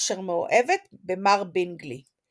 אשר מאוהבת במר בינגלי.